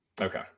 Okay